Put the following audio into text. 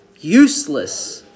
useless